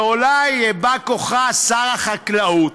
ואולי בא כוחה, שר החקלאות,